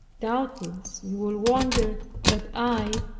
doubtless you will wonder that i,